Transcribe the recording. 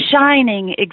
shining